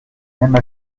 même